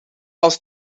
als